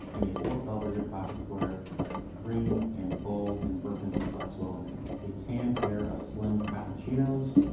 and a fort belvedere pocket square with green and gold and burgundy flecks woven in, a tan pair of slim cotton chinos,